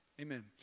Amen